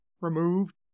removed